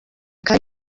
kari